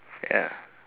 ya